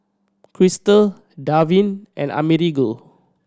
Christel Darvin and Amerigo